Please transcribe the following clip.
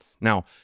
Now